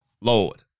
Lord